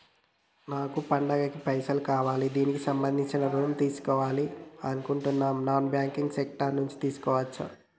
నాకు పండగ కి పైసలు కావాలి దానికి సంబంధించి ఋణం తీసుకోవాలని అనుకుంటున్నం నాన్ బ్యాంకింగ్ సెక్టార్ నుంచి తీసుకోవచ్చా?